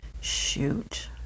shoot